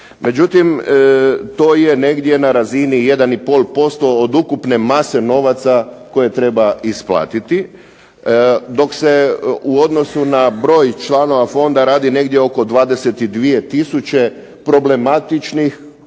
međutim, to je negdje na razini 1,5% od ukupne mase novaca koje treba isplatiti, dok se u odnosu na broj članova Fonda radi negdje oko 22 tisuće problematičnih